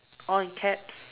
all in caps